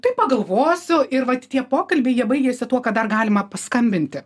tai pagalvosiu ir vat tie pokalbiai jie baigiasi tuo kad dar galima paskambinti